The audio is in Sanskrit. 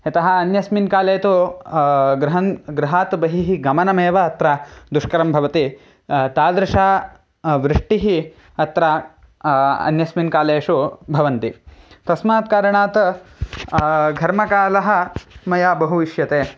यतः अन्यस्मिन् काले तु गृहन् गृहात् बहिः गमनमेव अत्र दुष्करं भवति तादृशी वृष्टिः अत्र अन्यस्मिन् कालेषु भवन्ति तस्मात् कारणात् घर्मकालः मया बहु इष्यते